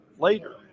later